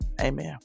Amen